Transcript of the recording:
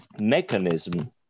mechanism